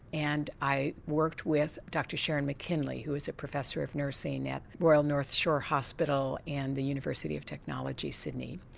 and i worked with dr sharon mckinley who was a professor of nursing at royal north shore hospital and the university of technology, sydney.